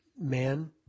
Man